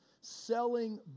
selling